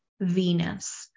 Venus